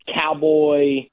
cowboy